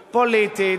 פוליטית,